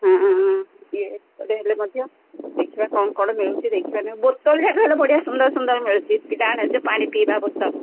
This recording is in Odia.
ହଁ ଇଏ ସେପଟେ ହେଲେ ମଧ୍ୟ ଦେଖିବା କ'ଣ କ'ଣ ମିଳୁଛି ଦେଖିବା ବୋତଲ ଯାକ ହେଲେ ବଢ଼ିଆ ସୁନ୍ଦର ସୁନ୍ଦର ମିଳୁଛି ଏ ଯୋଉ ପାଣି ପିଇବା ବୋତଲ